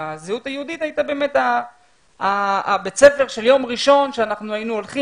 לזהות היהודית היה באמת בית הספר של יום ראשון שהיינו הולכים